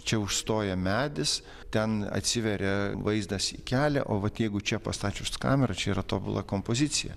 čia užstoja medis ten atsiveria vaizdas į kelią o vat jeigu čia pastačius kamerą čia yra tobula kompozicija